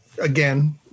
again